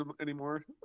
anymore